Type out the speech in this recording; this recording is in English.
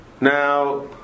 now